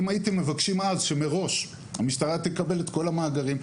אם הייתם מבקשים אז שמראש המשטרה תקבל את כל המאגרים,